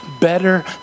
better